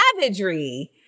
Savagery